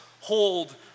hold